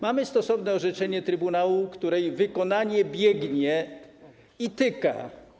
Mamy stosowne orzeczenie trybunału, którego wykonanie biegnie i tyka.